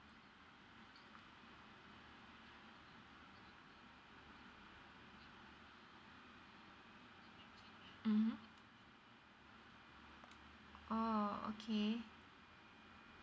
mmhmm oh okay